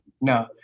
No